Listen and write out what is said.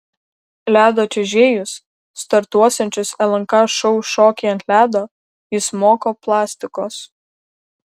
ledo čiuožėjus startuosiančius lnk šou šokiai ant ledo jis moko plastikos